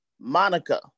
Monica